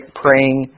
praying